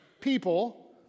people